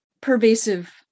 pervasive